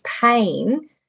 pain